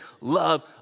love